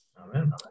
Amen